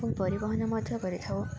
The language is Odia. ପରିବହନ ମଧ୍ୟ କରିଥାଉ